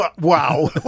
wow